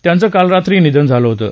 त्यांचं काल रात्री निधन झालं होतं